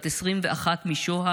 בת 21 משוהם,